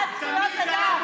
פעם מרצ הייתה בעד,